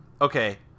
okay